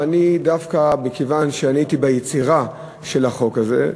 ודווקא מכיוון שאני השתתפתי ביצירה של החוק הזה,